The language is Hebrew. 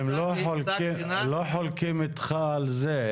הם לא חולקים איתך על זה.